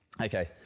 Okay